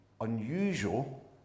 unusual